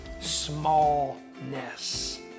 smallness